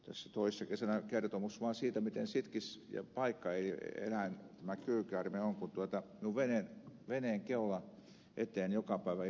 tässä toissa kesältä tuli mieleen kertomus vaan siitä miten sitkeä eläin tämä kyykäärme on kun minun veneeni keulan eteen joka päivä ilmestyi kyykäärme